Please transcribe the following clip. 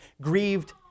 grieved